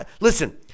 Listen